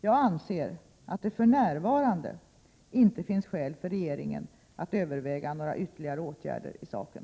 Jag anser att det inte för närvarande finns skäl för regeringen att överväga några ytterligare åtgärder i saken.